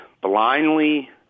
blindly